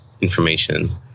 information